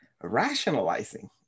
rationalizing